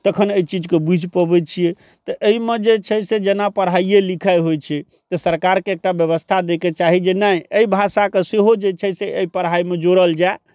तखन एहि चीजकेँ बूझि पबै छियै तऽ एहिमे जे छै से जेना पढ़ाइए लिखाइ होइ छै तऽ सरकारके एकटा व्यवस्था दैके चाही जे नहि एहि भाषाकेँ सेहो जे छै से एहि पढ़ाइमे जोड़ल जाय